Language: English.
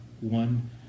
One